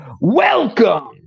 Welcome